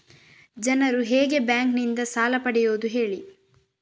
ಜನರು ಹೇಗೆ ಬ್ಯಾಂಕ್ ನಿಂದ ಸಾಲ ಪಡೆಯೋದು ಹೇಳಿ